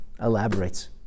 elaborates